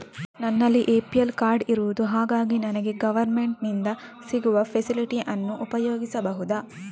ನನ್ನಲ್ಲಿ APL card ಇರುದು ಹಾಗಾಗಿ ನನಗೆ ಗವರ್ನಮೆಂಟ್ ಇಂದ ಸಿಗುವ ಫೆಸಿಲಿಟಿ ಅನ್ನು ಉಪಯೋಗಿಸಬಹುದಾ?